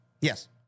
Yes